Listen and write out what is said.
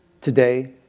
today